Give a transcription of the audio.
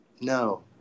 No